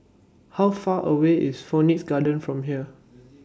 How Far away IS Phoenix Garden from here